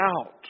out